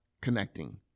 connecting